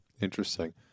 Interesting